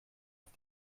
auf